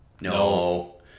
no